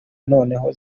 noneho